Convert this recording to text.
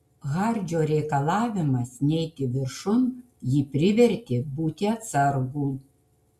hardžio reikalavimas neiti viršun jį privertė būti atsargų